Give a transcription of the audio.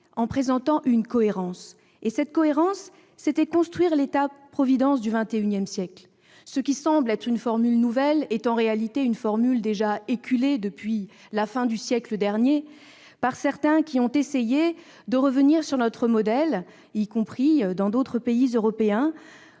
en présentant une cohérence : construire « l'État-providence du XXI siècle ». Ce qui semble être une formule nouvelle est en réalité une formule déjà éculée depuis la fin du siècle dernier par certains qui ont essayé de revenir sur notre modèle, y compris dans d'autres pays européens.